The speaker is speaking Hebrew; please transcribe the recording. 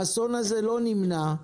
האסון הזה לא נמנע.